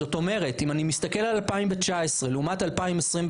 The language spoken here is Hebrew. זאת אומרת, אם אני מסתכל על 2019 לעומת 2021,